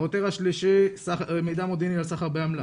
העותר השלישי, מידע מודיעיני על סחר באמל"ח.